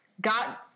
got